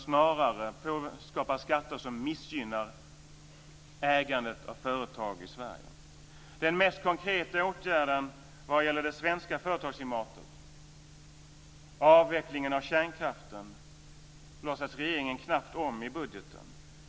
Snarare skapar man skatter som missgynnar ägandet av företag i Sverige. Den mest konkreta åtgärden vad gäller det svenska företagsklimatet - avvecklingen av kärnkraften - låtsas regeringen knappt om i budgeten.